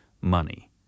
Money